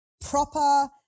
proper